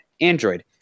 Android